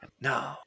No